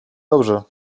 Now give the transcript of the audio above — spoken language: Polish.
dobrze